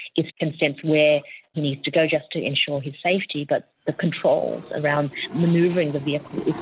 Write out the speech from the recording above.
it can sense where he needs to go just to ensure his safety, but the controls around manoeuvring the vehicle is